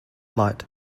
light